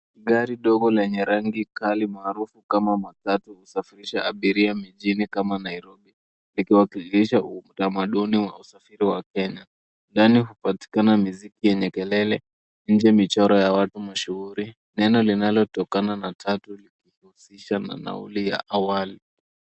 Gari dogo lenye rangi kali maarufu kama matatu husafirisha abiria mijini kama Nairobi, likiwakilisha utamaduni wa usafiri wa Kenya. Ndani hupatikana muziki yenye kelele, nje michoro ya watu mashuhuri. Neno linalotokana na tatu likihusisha na nauli ya awali.